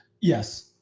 yes